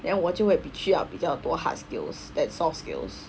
then 我就会比需要比较多 hard skills than soft skills